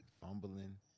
Fumbling